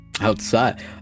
outside